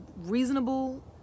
reasonable